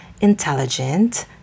intelligent